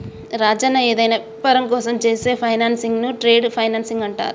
రాజన్న ఏదైనా వ్యాపారం కోసం చేసే ఫైనాన్సింగ్ ను ట్రేడ్ ఫైనాన్సింగ్ అంటారంట